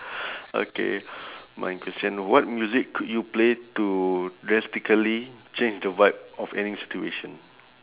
okay my question what music could you play to drastically change the vibe of any situation